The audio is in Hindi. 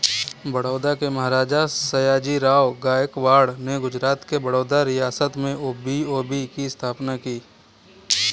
बड़ौदा के महाराजा, सयाजीराव गायकवाड़ ने गुजरात के बड़ौदा रियासत में बी.ओ.बी की स्थापना की